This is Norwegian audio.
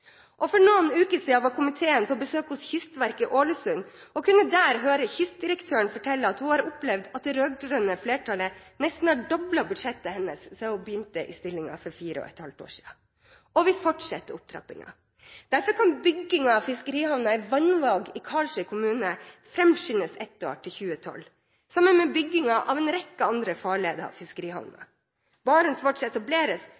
For noen uker siden var komiteen på besøk hos Kystverket i Ålesund, og kunne der høre kystdirektøren fortelle at hun har opplevd at det rød-grønne flertallet nesten har doblet budsjettet hennes siden hun begynte i stillingen for fire og et halvt år siden. Og vi fortsetter opptrappingen. Derfor kan byggingen av fiskerihavna i Vannvåg i Karlsøy kommune framskyndes ett år – til 2012, sammen med byggingen av en rekke andre farleder og fiskerihavner. BarentsWatch etableres,